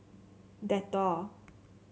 Dettol